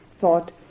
thought